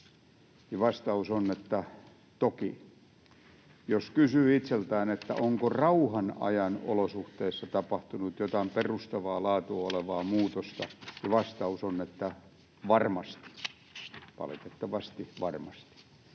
vastaus on, että ”toki”. Jos kysyy itseltään, ”onko rauhanajan olosuhteissa tapahtunut jotain perustavaa laatua olevaa muutosta”, niin vastaus on, että ”varmasti” — valitettavasti ”varmasti”.